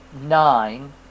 nine